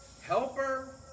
helper